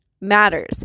matters